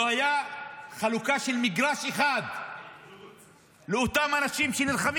לא הייתה חלוקה של מגרש אחד לאותם אנשים שנלחמים